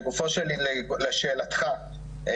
לשאלתך,